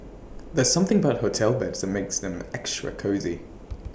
there's something about hotel beds that makes them extra cosy